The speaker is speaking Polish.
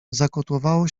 zakotłowało